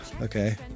okay